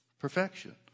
Perfection